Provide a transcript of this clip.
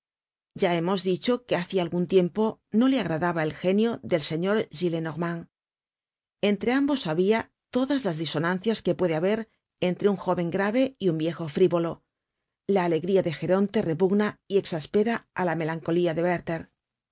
ya hemos dicho que hacia algun tiempo no le agradaba el genio del señor gillenormand entre ambos habia todas las disonancias que puede haber entre un jóven grave y un viejo frívolo la alegría de jeronte repugna y exaspera á la melancolía de werther mientras que